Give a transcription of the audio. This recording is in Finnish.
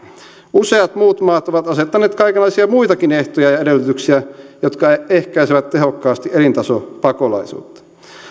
useat muut maat ovat asettaneet kaikenlaisia muitakin ehtoja ja edellytyksiä jotka ehkäisevät tehokkaasti elintasopakolaisuutta